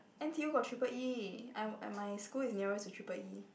N_T_U got triple E I'm I'm my school is nearer to triple E